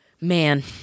man